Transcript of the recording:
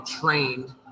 trained